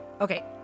Okay